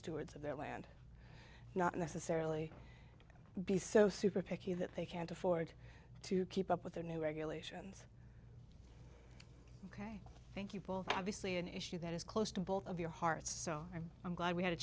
stewards of their land not necessarily be so super picky that they can't afford to keep up with their new regulations thank you both obviously an issue that is close to both of your hearts so i'm glad we had a